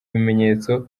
ibimenyetso